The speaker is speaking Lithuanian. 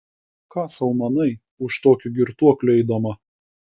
ką sau manai už tokio girtuoklio eidama